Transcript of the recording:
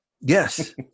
Yes